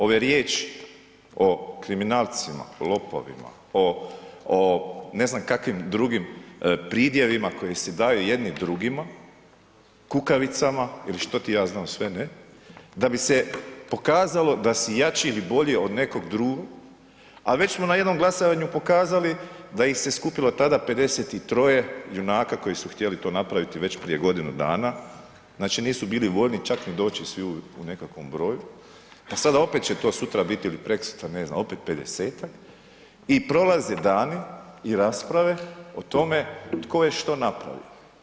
Ove riječi o kriminalcima, lopovima, o, o ne znam kakvim drugim pridjevima koje si daju jedni drugima, kukavicama ili što ti ja znam sve ne da bi se pokazalo da si jači ili bolji od nekog drugog, a već smo na jedno glasanju pokazali da ih se skupilo tada 53 junaka koji su htjeli to napraviti već prije godinu dana, znači nisu bili voljni čak ni doći svi u nekakvom broju, pa sada opet će to sutra biti ili prekosutra ne znam opet 50-tak i prolaze dani i rasprave o tome tko je što napravio.